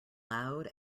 loud